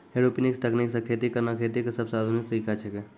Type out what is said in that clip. aeroponics तकनीक सॅ खेती करना खेती के सबसॅ आधुनिक तरीका छेकै